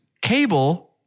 cable